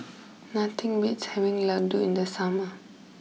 nothing beats having Ladoo in the summer